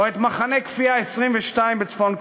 או את מחנה כפייה 22 בצפון-קוריאה?